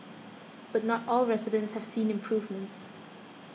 but not all residents have seen improvements